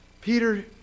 Peter